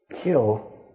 kill